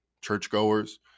churchgoers